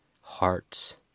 hearts